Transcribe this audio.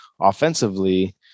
offensively